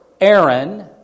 Aaron